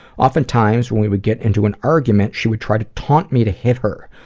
oftentimes, when we would get into an argument, she would try to taunt me to hit her.